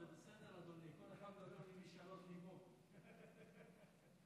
לפני הדיון הזה היא שלחה לנו מכתב מפורט שבו